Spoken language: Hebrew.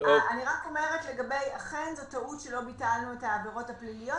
זו אכן טעות שלא ביטלנו את העבירות הפליליות,